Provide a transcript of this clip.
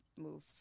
move